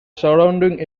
surrounding